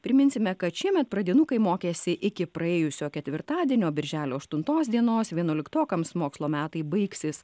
priminsime kad šiemet pradinukai mokėsi iki praėjusio ketvirtadienio birželio aštuntos dienos vienuoliktokams mokslo metai baigsis